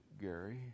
Gary